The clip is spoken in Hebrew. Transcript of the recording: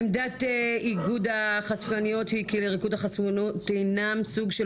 עמדת איגוד החשפניות הינה כי ריקוד החשפנות הינו סוג של